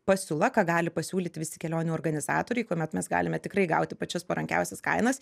pasiūla ką gali pasiūlyti visi kelionių organizatoriai kuomet mes galime tikrai gauti pačias parankiausias kainas